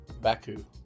Baku